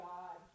God